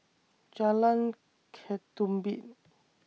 Jalan Ketumbit